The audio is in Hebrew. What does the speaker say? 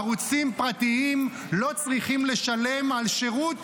ערוצים פרטיים לא צריכים לשלם על שירות